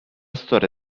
storia